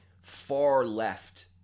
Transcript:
far-left